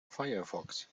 firefox